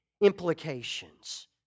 implications